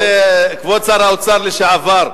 כבוד שר האוצר לשעבר,